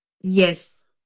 Yes